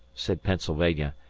said pennsylvania.